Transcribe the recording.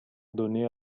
donnée